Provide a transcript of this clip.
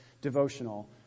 devotional